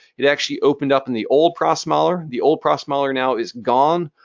it actually opened up in the old process modeler. the old process modeler now is gone.